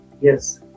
Yes